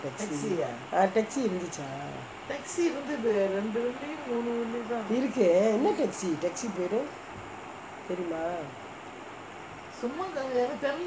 taxi இருந்துச்சா இருக்கே என்ன:irunthucha irukkae enna taxi taxi பேரு:peru